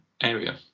area